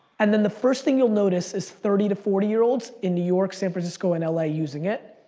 and then the first thing you'll notice is thirty to forty year olds in new york, san francisco, and l a using it,